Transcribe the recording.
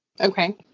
Okay